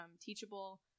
teachable